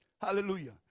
Hallelujah